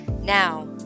Now